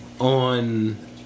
on